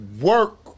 work